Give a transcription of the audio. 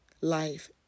life